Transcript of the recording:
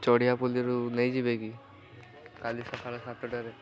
ଚଢ଼ିଆ ପାଲିରୁ ନେଇଯିବେ କି କାଲି ସକାଳ ସାତଟାରେ